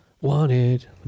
Wanted